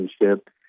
relationship